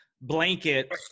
blanket